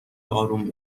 اروم